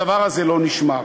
הדבר הזה לא נשמר.